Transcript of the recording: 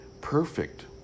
perfect